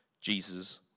Jesus